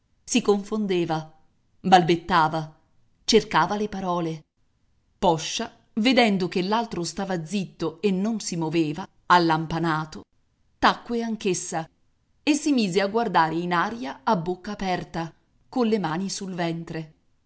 si confondeva balbettava cercava le parole poscia vedendo che l'altro stava zitto e non si moveva allampanato tacque anch'essa e si mise a guardare in aria a bocca aperta colle mani sul ventre